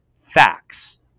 facts